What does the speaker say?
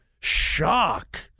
Shock